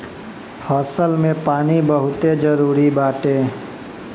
फसल में पानी बहुते जरुरी बाटे